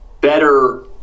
better